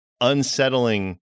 unsettling